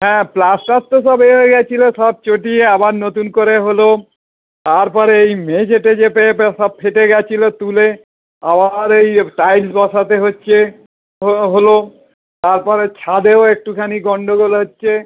হ্যাঁ প্লাস্টার তো সব এ হয়ে ছিলো সব চটিয়ে আবার নতুন করে হলো তারপরে এই মেঝে টেঝে পে সব ফেটে গিয়েছিলো তুলে আবার এই টাইলস বসাতে হচ্ছে হো হলো তারপরে ছাদেও একটুখানি গন্ডগোল